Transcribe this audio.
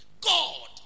God